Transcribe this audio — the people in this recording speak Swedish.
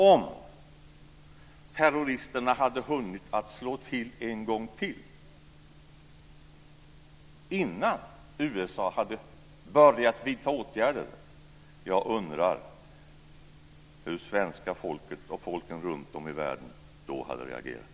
Om terroristerna hade hunnit slå till en gång till innan USA hade börjat vidta åtgärder, undrar jag hur svenska folket och folken runtom i världen hade reagerat.